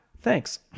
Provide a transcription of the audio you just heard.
Thanks